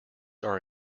are